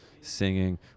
singing